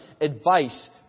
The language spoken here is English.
advice